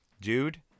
Dude